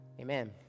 Amen